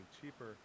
cheaper